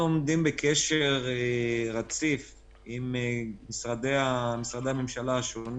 אנחנו עומדים בקשר רציף עם משרדי הממשלה השונים